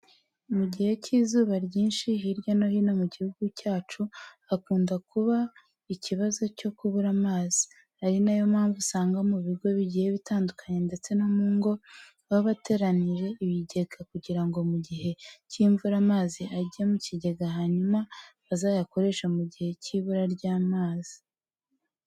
Mu gihe cy'izuba ryinshi hirya no hino mu gihugu cyacu hakunda kuba ikibazo cyo kubura amazi, ari na yo mpamvu usanga mu bigo bigiye bitandukanye ndetse no mu ngo baba barateganyije ibigega kugira ngo mu gihe cy'imvura amazi ajye mu kigega hanyuma bazayakoreshe mu gihe cyibura ry'amazi.